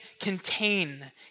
contain